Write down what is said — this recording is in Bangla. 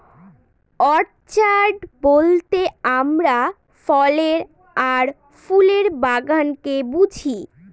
অর্চাড বলতে আমরা ফলের আর ফুলের বাগানকে বুঝি